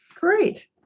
Great